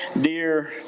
dear